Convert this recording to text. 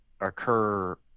occur